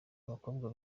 abakobwa